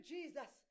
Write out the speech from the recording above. Jesus